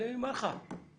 אני אומר לך,